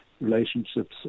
relationships